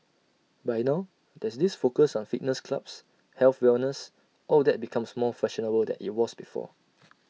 but now there's this focus on fitness clubs health wellness all that becomes more fashionable than IT was before